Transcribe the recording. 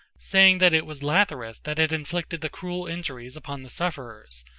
saying that it was lathyrus that had inflicted the cruel injuries upon the sufferers,